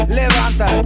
levanta